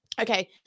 Okay